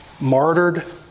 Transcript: martyred